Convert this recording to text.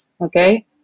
okay